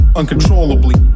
uncontrollably